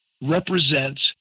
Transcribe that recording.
represents